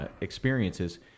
experiences